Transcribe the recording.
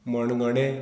मणगडे